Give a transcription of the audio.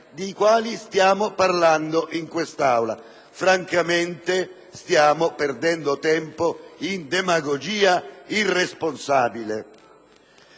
dei quali stiamo parlando in quest'Aula. Francamente, stiamo perdendo tempo in demagogia irresponsabile.